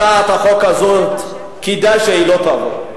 הצעת החוק הזאת כדאי שהיא לא תעבור.